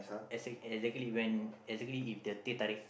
as exactly when exactly if the teh tarik